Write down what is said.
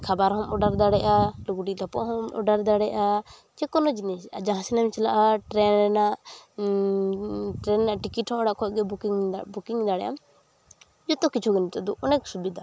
ᱠᱷᱟᱵᱟᱨ ᱦᱚᱸᱢ ᱚᱰᱟᱨ ᱫᱟᱲᱮᱭᱟᱜᱼᱟ ᱞᱩᱜᱽᱲᱤᱼᱞᱟᱯᱳᱜ ᱦᱚᱸᱢ ᱚᱰᱟᱨ ᱫᱟᱲᱮᱭᱟᱜᱼᱟ ᱡᱮᱠᱳᱱᱳ ᱡᱤᱱᱤᱥ ᱟᱨ ᱡᱟᱦᱟᱸ ᱥᱮᱱᱮᱢ ᱪᱟᱞᱟᱜᱼᱟ ᱴᱨᱮᱱ ᱨᱮᱱᱟᱜ ᱴᱨᱮᱱ ᱨᱮᱱᱟᱜ ᱴᱤᱠᱤᱴᱦᱚᱸ ᱚᱲᱟᱜ ᱠᱷᱚᱡᱜᱮ ᱵᱩᱠᱤᱝ ᱮᱫᱟ ᱵᱩᱠᱤᱝ ᱫᱟᱲᱮᱼᱟᱢ ᱡᱚᱛᱚ ᱠᱤᱪᱷᱩᱜᱮ ᱱᱤᱛᱚᱫᱚ ᱚᱱᱮᱠ ᱥᱩᱵᱤᱫᱷᱟ